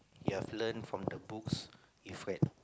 you've learned from the books you've read